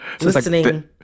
listening